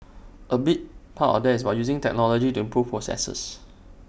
A big part of that is about using technology to improve processes